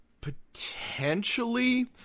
Potentially